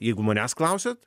jeigu manęs klausiat